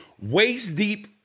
waist-deep